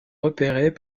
repérés